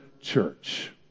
church